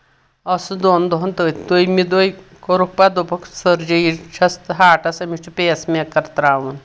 ٲسٕس دۄن دۄہَن تٔتۍ دٔیمہِ دۄہ کوٚرُکھ پَتہٕ دوٚپُکھ سٔرجری چھَس تہٕ ہاٹَس أمِس چھُ پیٖس میکر ترٛاوُن